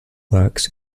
works